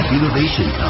Innovation